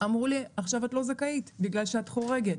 אמרו לי עכשיו את לא זכאית בגלל שאת חורגת,